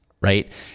right